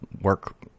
work